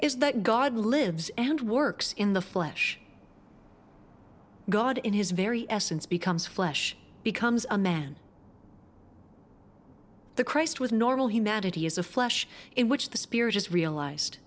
is that god lives and works in the flesh god in his very essence becomes flesh becomes a man the christ with normal humanity is a flesh in which the spirit is realized